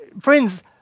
friends